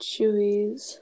Chewies